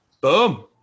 boom